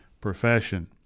profession